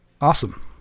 awesome